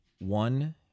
One